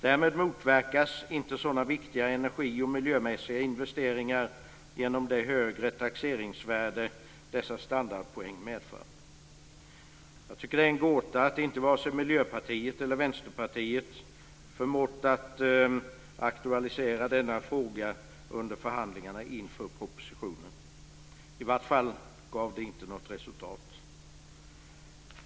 Därmed motverkas inte sådana viktiga energi och miljömässiga investeringar genom det högre taxeringsvärde dessa standardpoäng medför. Jag tycker att det är en gåta att inte vare sig Miljöpartiet eller Vänsterpartiet förmått att aktualisera denna fråga under förhandlingarna inför propositionen; det gav i varje fall inget resultat.